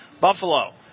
Buffalo